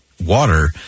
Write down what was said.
water